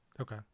Okay